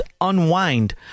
unwind